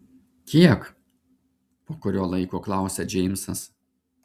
kiek po kurio laiko klausia džeimsas